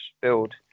build